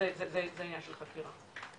עניין של חקירה.